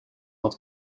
not